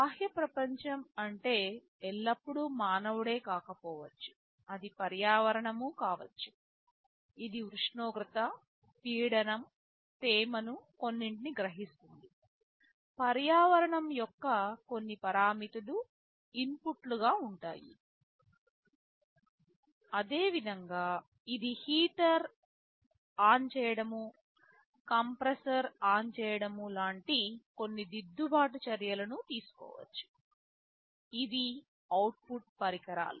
బాహ్య ప్రపంచం అంటే ఎల్లప్పుడూ మానవుడే కాకపోవచ్చు అది పర్యావరణం కావచ్చు ఇది ఉష్ణోగ్రత పీడనం తేమను కొన్నింటిని గ్రహిస్తుంది పర్యావరణం యొక్క కొన్ని పారామితులు ఇన్పుట్లుగా ఉంటాయి అదేవిధంగా ఇది హీటర్ను ఆన్ చేయటం కంప్రెషర్ను ఆన్ చేయటం లాంటి కొన్ని దిద్దుబాటు చర్యలను తీసుకోవచ్చు ఇవి అవుట్ పుట్ పరికరాలు